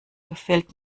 gefällt